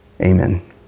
Amen